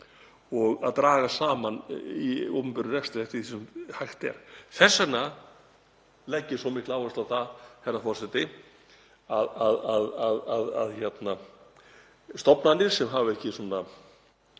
og að draga saman í opinberum rekstri eftir því sem hægt er. Þess vegna legg ég svo mikla áherslu á það, herra forseti, að stofnanir sem hafa ekki